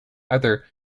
either